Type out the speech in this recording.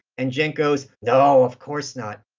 and cenk goes, no, of course not.